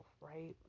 right